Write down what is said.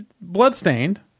Bloodstained